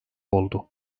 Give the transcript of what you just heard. oldu